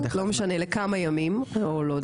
לא משנה לכמה ימים או לא,